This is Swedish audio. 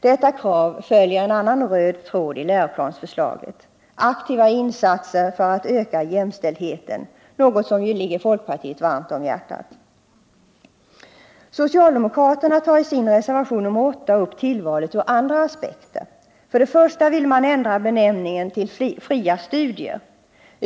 Detta krav följer en annan röd tråd i läroplansförslaget — aktiva insatser för att öka jämställdheten, något som ligger folkpartiet varmt om hjärtat. Socialdemokraterna tar i sin reservation nr 8 upp tillvalet ur andra aspekter. Först och främst vill man ändra benämningen till ”fria studier”.